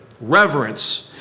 reverence